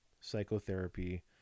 psychotherapy